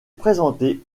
présenté